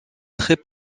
très